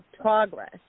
progress